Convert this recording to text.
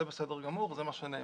זה בסדר גמור, וזה מה שנאמר.